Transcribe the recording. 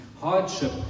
hardship